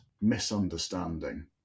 misunderstanding